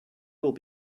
will